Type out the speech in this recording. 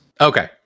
okay